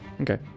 okay